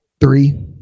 three